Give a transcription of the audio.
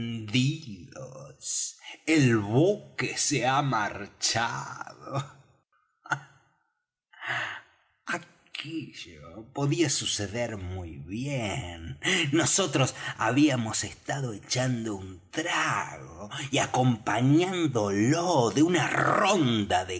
el buque se ha marchado aquello podía suceder muy bien nosotros habíamos estado echando un trago y acompañándolo de una ronda de